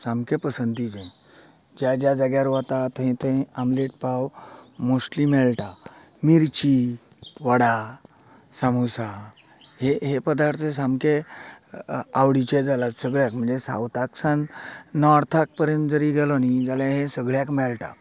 सामकें पसंतीचें ज्या ज्या जाग्यार वता थंय थंय आमलेट पाव मोस्टली मेळटा मिर्ची वडा सामूसा ये हे पदार्थ सामके आवडीचे जाला सगळ्याक म्हणजे सावथाक सान नाॅर्थाक पर्यंत जरी गेलो न्ही जाल्यार हें सगळ्याक मेळटा